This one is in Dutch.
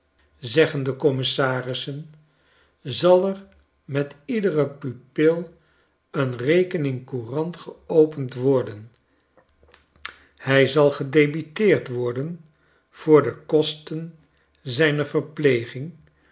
zeggen de commissarissen zal er met iederen pupil een rekening-courant geopend worden hij zalgedebiteerd worden voor de kosten zijner verpleging